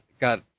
got